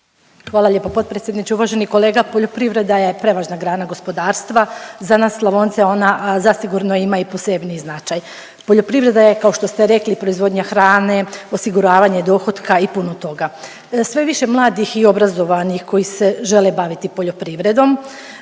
Hvala lijepa potpredsjedniče. Uvaženi kolega poljoprivreda je prevažna grana gospodarstva, za nas Slavonce ona zasigurno ima i posebniji značaj. Poljoprivreda je kao što ste rekli proizvodnja hrane, osiguravanje dohotka i puno toga. Sve je više mladih i obrazovanih koji se žele baviti poljoprivredom,